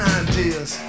ideas